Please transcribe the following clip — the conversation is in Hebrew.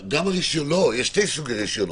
יש שני סוגי רישיונות.